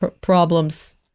problems